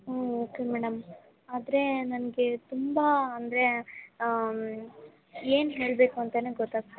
ಹ್ಞೂ okay madam ಆದ್ರೆ ನನಗೆ ತುಂಬ ಅಂದರೆ ಏನು ಹೇಳಬೇಕು ಅಂತಲೇ ಗೊತ್ತಾಗ್ತ